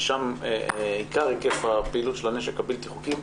ששם עיקר היקף הפעילות של הנשק הבלתי-חוקי.